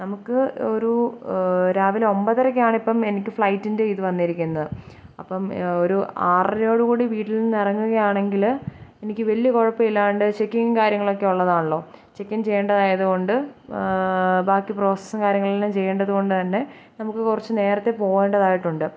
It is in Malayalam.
നമുക്ക് ഒരു രാവിലെ ഒമ്പതരക്കാണ് ഇപ്പം എനിക്ക് ഫ്ലൈറ്റിൻ്റെ ഇത് വന്നിരിക്കുന്നത് അപ്പം ഒരു ആറരയോടു കൂടി വീട്ടിൽ നിന്ന് ഇറങ്ങുകയാണെങ്കിൽ എനിക്ക് വലിയ കുഴപ്പമില്ലാണ്ട് ചെക്കിങ്ങും കാര്യങ്ങളൊക്കെ ഉള്ളതാണല്ലോ ചെക്ക് ഇൻ ചെയ്യേണ്ടതായതു കൊണ്ട് ബാക്കി പ്രോസസും കാര്യങ്ങളുമൊല്ലാം ചെയ്യേണ്ടതു കൊണ്ട് തന്നെ നമുക്ക് കുറച്ച് നേരത്തെ പോവേണ്ടതായിട്ടുണ്ട്